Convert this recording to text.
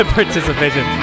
participation